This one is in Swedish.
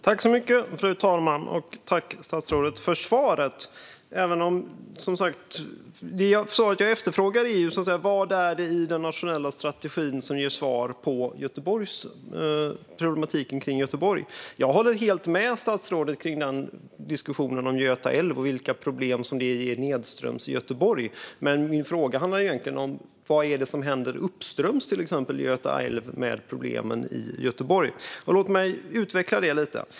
Fru talman! Tack, statsrådet, för svaret! Men jag efterfrågade ju svar på frågan: Vad är det i den nationella strategin som ger svar på problematiken kring Göteborg? Jag håller helt med statsrådet om diskussionen om Göta älv och vilka problem det ger nedströms i Göteborg. Men min fråga handlar egentligen om: Vad är det som händer uppströms i Göta älv med problemen i Göteborg? Låt mig utveckla det lite.